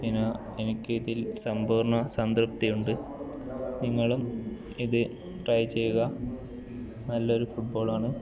പിന്നാ എനിക്ക് ഇതിൽ സമ്പൂർണ സംതൃപ്തിയുണ്ട് നിങ്ങളും ഇത് ട്രൈ ചെയ്യുക നല്ലൊരു ഫുട്ബോളാണ്